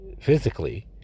physically